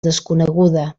desconeguda